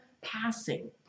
passing